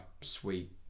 sweet